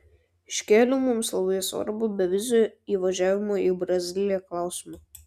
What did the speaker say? iškėliau mums labai svarbų bevizio įvažiavimo į braziliją klausimą